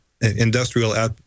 industrial